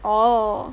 orh